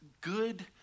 good